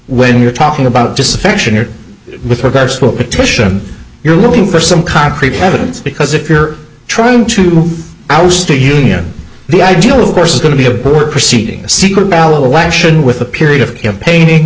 when you're talking about disaffection with regards to a petition you're looking for some concrete evidence because if you're trying to oust the union the ideal of course is going to be a poor proceeding a secret ballot election with a period of campaigning